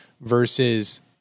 versus